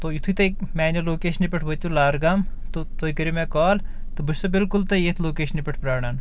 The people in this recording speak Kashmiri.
تُہۍ یِتُھے تُہۍ میانہِ لوکیشنہِ پٮ۪ٹھ وٲتِو لارٕ گام تہٕ تُہۍ کٔرِو مےٚ کال تہٕ بہٕ چھُ سو بالکُل تۄہہِ ییٚتھ لوکیشنہِ پٮ۪ٹھ پراران